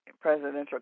presidential